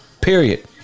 Period